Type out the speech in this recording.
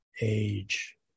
age